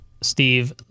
Steve